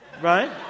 right